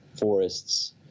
forests